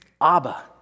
Abba